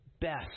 best